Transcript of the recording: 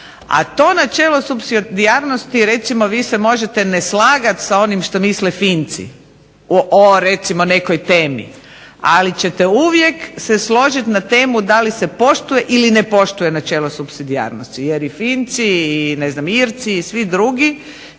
A to načelo supsidijarnosti, recimo vi se možete ne slagati s onim što misle Finci o recimo nekoj temi, ali ćete uvijek se složiti na temu da li se poštuje ili ne poštuje načelo supsidijarnosti jer i Finci i ne znam Irci i svi drugi